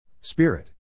Spirit